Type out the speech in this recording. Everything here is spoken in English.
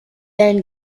then